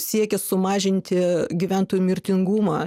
siekis sumažinti gyventojų mirtingumą